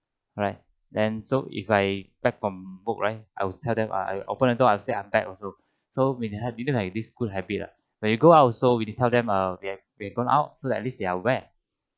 alright then so if I back from work right I will tell them ah I open the door I say I'm back also so when we had we need like this good habit ah when we go out also we need tell them uh we're going out so at least they are aware